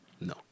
no